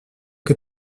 que